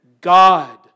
God